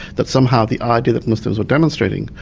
that somehow the idea that muslims were demonstrating,